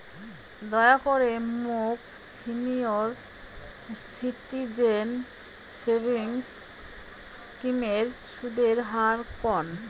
দয়া করে মোক সিনিয়র সিটিজেন সেভিংস স্কিমের সুদের হার কন